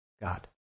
God